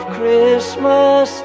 Christmas